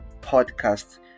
podcast